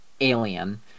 Alien